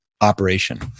operation